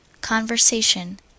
conversation